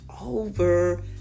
over